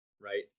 right